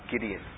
Gideon